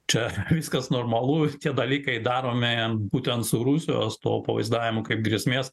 čia viskas normalu tie dalykai daromi būtent su rusų atstovų pavaizdavimu kaip grėsmės